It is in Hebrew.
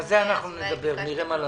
על זה אנחנו נדבר, נראה מה נעשה.